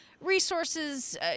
resources